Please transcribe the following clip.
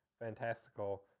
fantastical